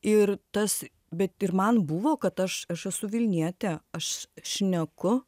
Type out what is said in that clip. ir tas bet ir man buvo kad aš aš esu vilnietė aš šneku